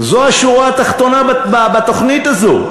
זו השורה התחתונה בתוכנית הזו.